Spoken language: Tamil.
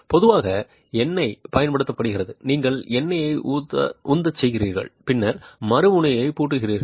பொதுவாக எண்ணெய் பயன்படுத்தப்படுகிறது நீங்கள் எண்ணெயை உந்த செய்கிறீர்கள் பின்னர் மறுமுனையை பூட்டுகிறீர்கள்